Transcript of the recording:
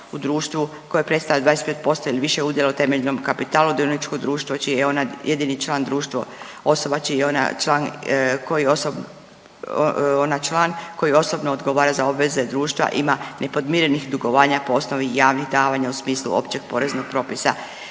u društvu koje predstavlja 25% ili više udjela u temeljnom kapitalu dioničkog društva čiji je ona jedini član društvo osoba čiji je ona član koji osobno odgovara za obveze društva ima nepodmirenih dugovanja po osnovi javnih davanja u smislu općeg poreznog propisa